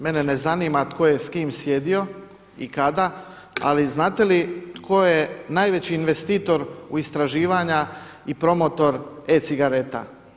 Mene ne zanima tko je sjedio i kada, ali znate li tko je najveći investitor u istraživanja i promotor e-cigareta?